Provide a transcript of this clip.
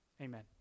Amen